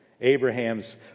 Abraham's